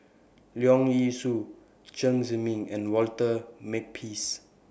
Leong Yee Soo Chen Zhiming and Walter Makepeace